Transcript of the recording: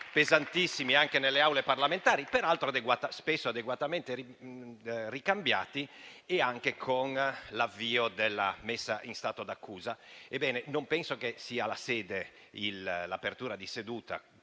pesantissimi anche nelle Aule parlamentari - peraltro spesso adeguatamente ricambiati - e anche con l'avvio della messa in stato d'accusa. Ebbene, non penso che l'apertura di seduta